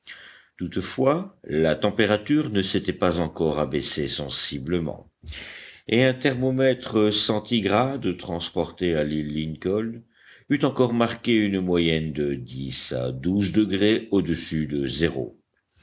toutefois la température ne s'était pas encore abaissée sensiblement et un thermomètre centigrade transporté à l'île lincoln eût encore marqué une moyenne de dix à douze degrés au-dessus de zéro